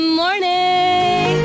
morning